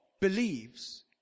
believes